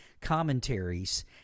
commentaries